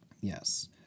Yes